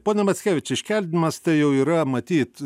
pone mackevič iškeldinimas tai jau yra matyt